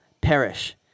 perish